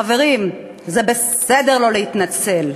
חברים, זה בסדר לא להתנצל,